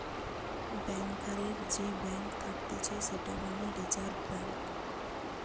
ব্যাংকারের যে ব্যাঙ্ক থাকতিছে সেটা মানে রিজার্ভ ব্যাঙ্ক